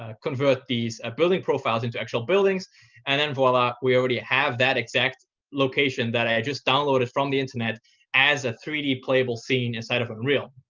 ah convert these building profiles into actual buildings and then, voila, we already have that exact location that i just downloaded from the internet as a three d playable scene inside of unreal.